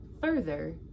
further